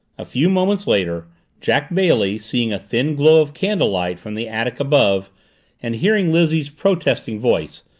a few moments later jack bailey, seeing a thin glow of candlelight from the attic above and hearing lizzie's protesting voice,